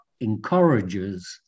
encourages